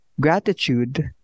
gratitude